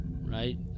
Right